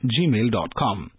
gmail.com